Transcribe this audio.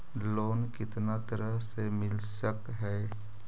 Loan कितना तरह से मिल सक है?